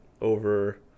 over